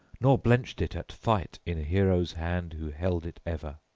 nor blenched it at fight in hero's hand who held it ever,